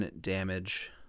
damage